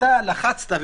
אתה לחצת,